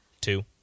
Two